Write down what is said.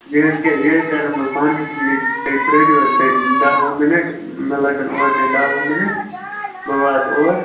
یہِ حظ کَرِ یہِ حظ کَرَن بہٕ پانَے ٹھیٖک تُہۍ پرٛٲرِو حظ تُہۍ دَہ وُہ مِنَٹ مےٚ لَگَن اورٕ تانۍ دَہ وُہ مِنَٹ بہٕ واتہٕ اور